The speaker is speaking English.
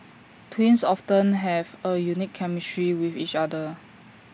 twins often have A unique chemistry with each other